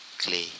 clay